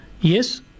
yes